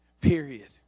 period